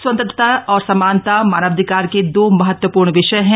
स्वतंत्रता और समानता मानवाधिकार के दो महत्वपूर्ण विषय है